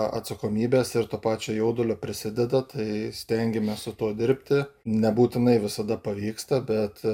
a atsakomybės ir to pačio jaudulio prisideda tai stengiamės su tuo dirbti nebūtinai visada pavyksta bet